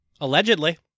Allegedly